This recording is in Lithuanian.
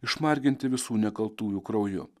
išmarginti visų nekaltųjų krauju